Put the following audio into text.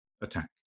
attack